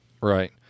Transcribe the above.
Right